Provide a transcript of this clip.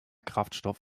kraftstoff